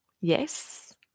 Yes